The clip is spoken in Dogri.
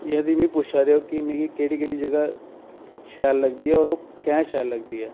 जि'यां तुस पुच्छा दे ओ मिगी केह्ड़ी केह्ड़ी जगह् शैल लगदी ऐ होर ओह् की शैल लगदी ऐ